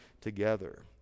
together